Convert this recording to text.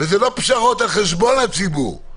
וזה לא פשרות על חשבון הציבור,